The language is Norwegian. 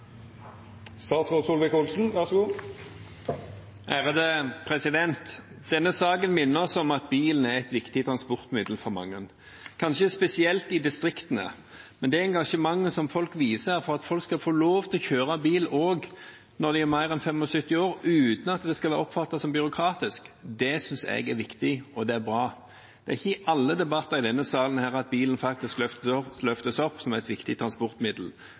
et viktig transportmiddel for mange, kanskje spesielt i distriktene, og det engasjementet som folk viser for at folk skal få lov til å kjøre bil også når de er mer enn 75 år uten at det skal oppfattes som byråkratisk, synes jeg er viktig og bra. Det er ikke i alle debatter i denne salen at bilen faktisk løftes opp som et viktig transportmiddel,